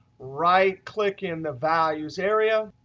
right click in the values area,